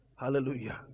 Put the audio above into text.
Hallelujah